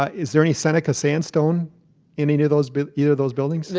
ah is there any seneca sandstone in any of those but you know those buildings?